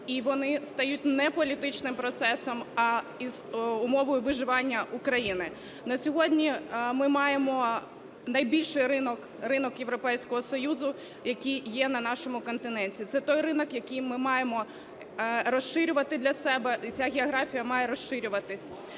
і вони стають не політичним процесом, а умовою виживання України. На сьогодні ми маємо найбільший ринок - ринок Європейського Союзу, який є на нашому континенті. Це той ринок, який ми маємо розширювати для себе, і ця географія має розширюватися.